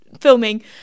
filming